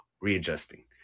readjusting